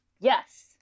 yes